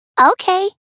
Okay